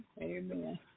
Amen